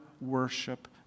worship